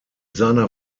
seiner